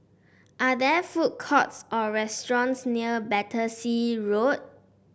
are there food courts or restaurants near Battersea Road